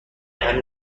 همین